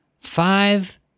five